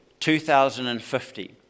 2050